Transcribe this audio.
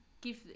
give